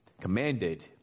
commanded